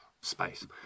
space